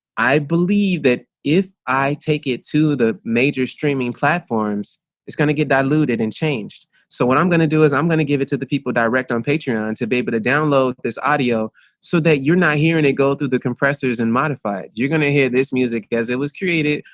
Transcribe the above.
i believe that if i take it to the major streaming platforms it's going to get diluted and changed. so what i'm going to do is i'm going to give it to the people directly on patreon and to be able to download this audio so that you're not hearing and it go through the compressors and modified, you're going to hear this music as it was created,